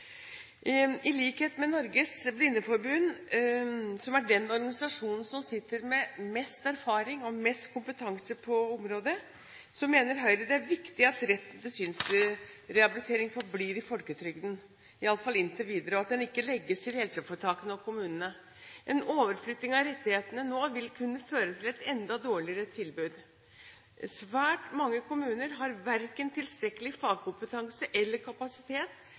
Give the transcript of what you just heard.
I likhet med Norges Blindeforbund, som er den organisasjonen som sitter med mest erfaring og mest kompetanse på området, mener Høyre det er viktig at retten til synsrehabilitering forblir i folketrygden, i alle fall inntil videre, og at den ikke legges til helseforetakene og kommunene. En overflytting av rettighetene nå vil kunne føre til et enda dårligere tilbud. Svært mange kommuner har verken tilstrekkelig fagkompetanse eller kapasitet